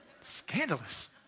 Scandalous